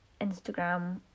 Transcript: Instagram